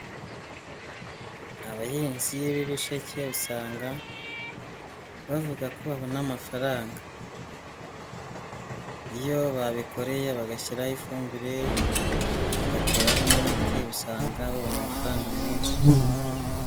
Abahinzi b'ibisheke usanga bavuga ko babona amafaranga. Iyo babikoreye bagashyiraho ifumbire, bagateraraho n'imiti, usanga babona amafaranga menshi.